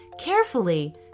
Carefully